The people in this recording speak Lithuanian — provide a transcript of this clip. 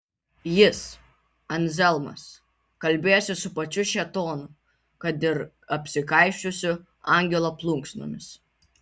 jis anzelmas kalbėjosi su pačiu šėtonu kad ir apsikaišiusiu angelo plunksnomis